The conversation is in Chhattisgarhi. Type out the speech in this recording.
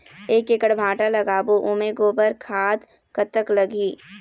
एक एकड़ भांटा लगाबो ओमे गोबर खाद कतक लगही?